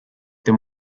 then